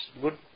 good